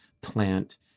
plant